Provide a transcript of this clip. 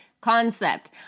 concept